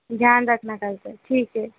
ध्यान रखना कल से ठीक है